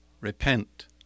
repent